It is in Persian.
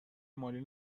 مالی